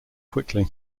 quickly